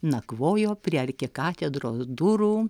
nakvojo prie arkikatedros durų